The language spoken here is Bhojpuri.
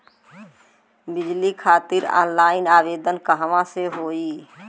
बिजली खातिर ऑनलाइन आवेदन कहवा से होयी?